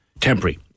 temporary